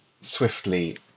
swiftly